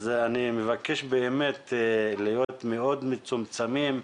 אז אני מבקש באמת להיות מאוד מצומצמים,